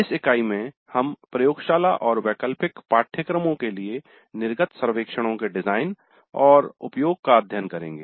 इस इकाई में हम प्रयोगशाला और वैकल्पिक पाठ्यक्रमों के लिए निर्गत सर्वेक्षणों के डिजाइन और उपयोग का अध्ययन करेंगे